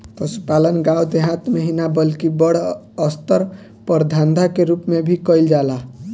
पसुपालन गाँव देहात मे ही ना बल्कि बड़ अस्तर पर धंधा के रुप मे भी कईल जाला